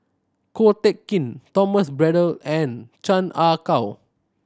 Ko Teck Kin Thomas Braddell and Chan Ah Kow